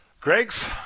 Greg's